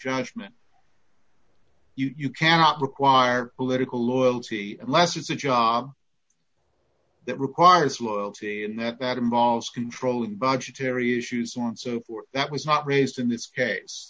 judgement you cannot require political loyalty at last it's a job that requires loyalty and that that involves controlling budgetary issues on so that was not raised in this case